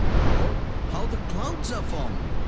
or how the clouds are formed?